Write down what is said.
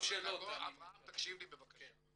אברהם תקשיב לי בבקשה.